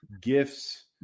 gifts